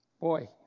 boy